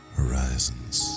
horizons